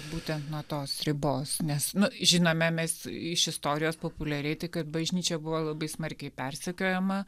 būtent nuo tos ribos nes nu žinome mes iš istorijos populiarėti kad bažnyčia buvo labai smarkiai persekiojama